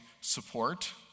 support